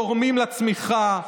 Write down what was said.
תורמים לצמיחה,